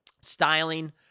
Styling